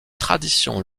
tradition